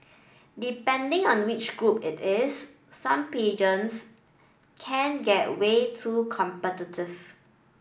depending on which group it is some pageants can get way too competitive